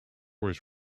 was